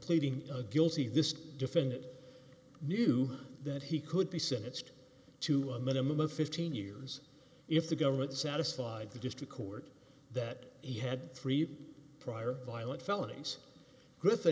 pleading guilty this defendant knew that he could be sentenced to a minimum of fifteen years if the government satisfied the just record that he had three prior violent felonies griffin